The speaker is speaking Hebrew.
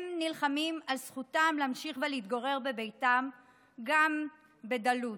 הם נלחמים על זכותם להמשיך ולהתגורר בביתם גם בדלות.